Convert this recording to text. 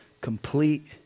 complete